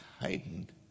heightened